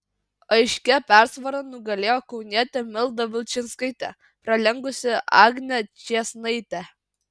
aiškia persvara nugalėjo kaunietė milda vilčinskaitė pralenkusi agnę čėsnaitę